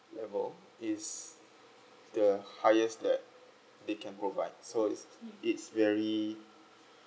level is the highest that they can provide so is it's very